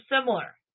similar